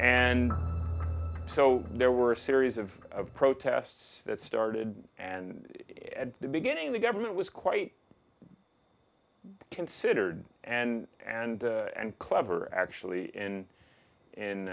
and two there were a series of protests that started and at the beginning the government was quite considered and and and clever actually in